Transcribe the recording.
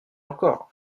encore